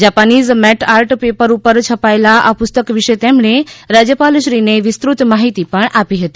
Japanese matte art paper ઉપર છપાયેલા આ પુસ્તક વિશે તેમણે રાજ્યપાલશ્રીને વિસ્તૃત માહિતી પણ આપી હતી